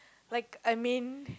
like I mean